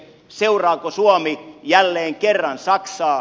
seuraako suomi jälleen kerran saksaa